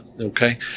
Okay